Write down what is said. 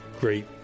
great